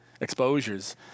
exposures